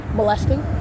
molesting